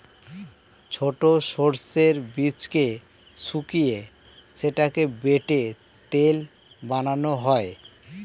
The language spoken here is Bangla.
ছোট সর্ষের বীজকে শুকিয়ে সেটাকে বেটে তেল বানানো হয়